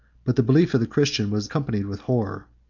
but the belief of the christian was accompanied with horror.